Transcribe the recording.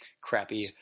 crappy